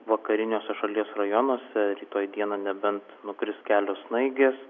vakariniuose šalies rajonuose rytoj dieną nebent nukris kelios snaigės